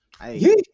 Hey